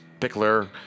Pickler